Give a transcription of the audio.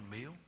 meal